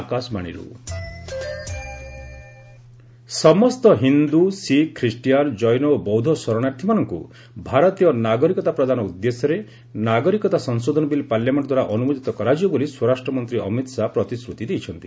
ଅମିତ ଶାହା ସମସ୍ତ ହିନ୍ଦୁ ଶିଖ୍ ଖ୍ରୀଷ୍ଟିଆନ୍ ଜୈନ ଓ ବୌଦ୍ଧ ଶରଣାର୍ଥୀମାନଙ୍କୁ ଭାରତୀୟ ନାଗରିକତା ପ୍ରଦାନ ଉଦ୍ଦେଶ୍ୟରେ ନାଗରିକତା ସଂଶୋଧନ ବିଲ୍ ପାର୍ଲାମେଣ୍ଟ ଦ୍ୱାରା ଅନୁମୋଦିତ କରାଯିବ ବୋଲି ସ୍ୱରାଷ୍ଟ୍ରମନ୍ତ୍ରୀ ଅମିତ ଶାହା ପ୍ରତିଶ୍ରତି ଦେଇଛନ୍ତି